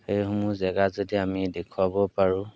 সেইসমূহ জেগা যদি আমি দেখুৱাব পাৰোঁ